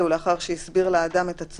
(ב)סירב אדם למלא אחר הוראות הנציג